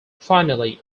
finally